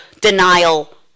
denial